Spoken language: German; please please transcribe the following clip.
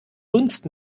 dunst